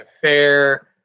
fair